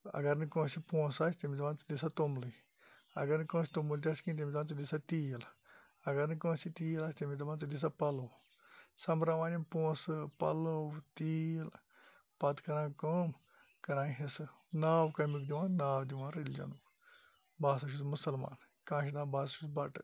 اَگَر نہٕ کٲنٛسہِ پونٛسہِ آسہِ تٔمِس دَپان دِسا توٚملٕے اَگَر نہٕ کٲنٛسہِ توٚمُل تہِ آسہِ کِہیٖنۍ تٔمِس وَنان ژٕ دِسا تیٖل اَگَر نہٕ کٲنٛسہِ تیٖل آسہِ تٔمِس دَپان ژٕ دِسا پَلو سۄمبراوان یِم پونٛسہٕ پَلَو تیٖل پَتہٕ کَران کٲم کَران حِصہِ ناو کمیُک دِوان ناو دِوان ریٚلجَنُک بہٕ ہَسا چھُس مُسَلمان کانٛہہ چھُ دَپان بہٕ ہَسا چھُس بَٹہٕ